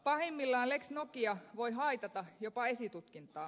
pahimmillaan lex nokia voi haitata jopa esitutkintaa